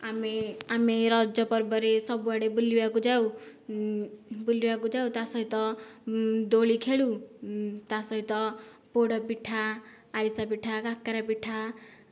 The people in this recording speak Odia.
ଆମେ ଆମେ ରଜପର୍ବ ରେ ସବୁଆଡ଼େ ବୁଲିବାକୁ ଯାଉ ବୁଲିବାକୁ ଯାଉ ତା ସହିତ ଦୋଳି ଖେଳୁ ତା ସହିତ ପୋଡ଼ପିଠା ଆରିସା ପିଠା କାକେରା ପିଠା